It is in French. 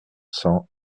cents